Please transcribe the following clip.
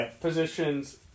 positions